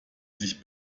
sich